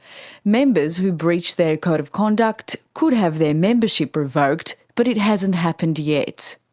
members who breach their code of conduct could have their membership revoked, but it hasn't happened yet.